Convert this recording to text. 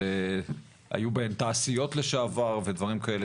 היו בהם תעשיות לשעבר ודברים כאלה.